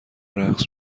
رقص